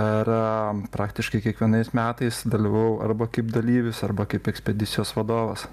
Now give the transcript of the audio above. ir praktiškai kiekvienais metais dalyvavau arba kaip dalyvis arba kaip ekspedisijos vadovas